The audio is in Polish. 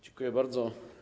Dziękuję bardzo.